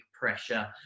pressure